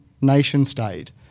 nation-state